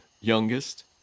youngest